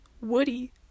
Woody-